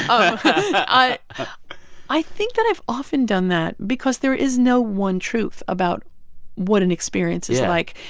i i think that i've often done that because there is no one truth about what an experience is like.